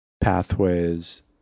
pathways